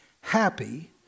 Happy